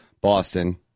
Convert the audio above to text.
Boston